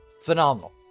phenomenal